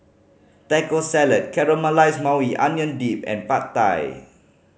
Taco Salad Caramelized Maui Onion Dip and Pad Thai